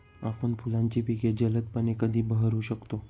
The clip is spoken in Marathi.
आपण फुलांची पिके जलदपणे कधी बहरू शकतो?